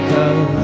Cause